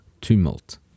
tumult